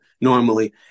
normally